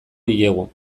diegu